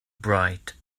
bright